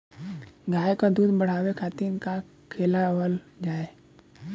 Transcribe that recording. गाय क दूध बढ़ावे खातिन का खेलावल जाय?